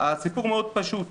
הסיפור מאוד פשוט.